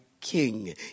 king